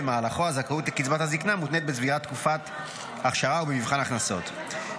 במהלכו הזכאות לקצבת הזקנה מותנית בצבירת תקופת אכשרה ובמבחן הכנסות.